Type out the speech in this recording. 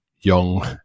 young